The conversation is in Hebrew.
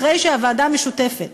אחרי שהוועדה המשותפת,